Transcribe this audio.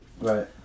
right